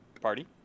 Party